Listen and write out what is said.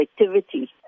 activity